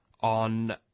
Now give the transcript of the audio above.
On